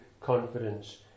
confidence